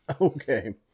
Okay